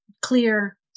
clear